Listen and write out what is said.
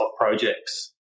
projects